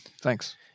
thanks